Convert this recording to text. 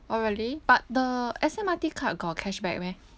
oh really but the S_M_R_T card got a cashback meh